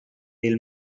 del